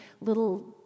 little